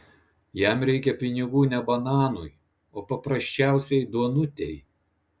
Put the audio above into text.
jam reikia pinigų ne bananui o paprasčiausiai duonutei